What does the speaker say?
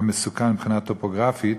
וגם מסוכן מבחינה טופוגרפית